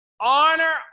Honor